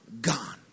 gone